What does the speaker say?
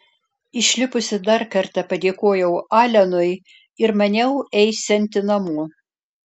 išlipusi dar kartą padėkojau alenui ir maniau eisianti namo